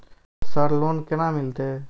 Sir loan केना मिलते?